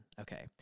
Okay